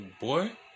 boy